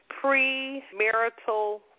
pre-marital